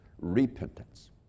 repentance